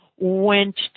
went